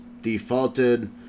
defaulted